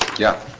yeah,